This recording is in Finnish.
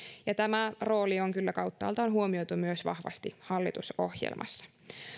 ja tämä rooli on kyllä kauttaaltaan huomioitu vahvasti myös hallitusohjelmassa